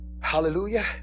Hallelujah